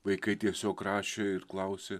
vaikai tiesiog rašė ir klausė